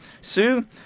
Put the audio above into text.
Sue